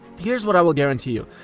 here's what i will guarantee you.